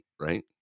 right